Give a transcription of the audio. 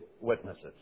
witnesses